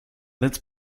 let’s